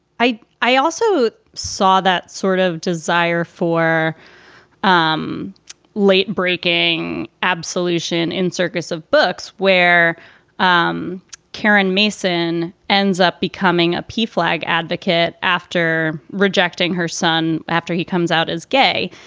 i i also saw that sort of desire for um late breaking absolution in circus of books where um karen mason ends up becoming a p flag advocate after rejecting her son after he comes out as gay.